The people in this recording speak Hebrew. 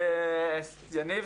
יניב,